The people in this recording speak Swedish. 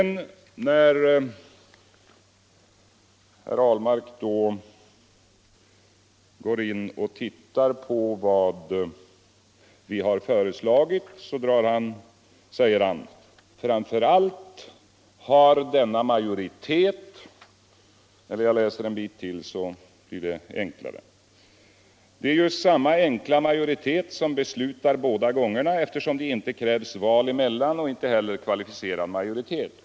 När herr Ahlmark därefter ser på vad vi har föreslagit säger han: Det är ju samma enkla majoritet som beslutar båda gångerna eftersom det inte krävs val emellan och heller inte kvalificerad majoritet.